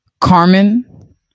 Carmen